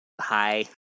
hi